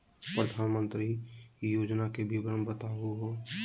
प्रधानमंत्री मुद्रा योजना के विवरण बताहु हो?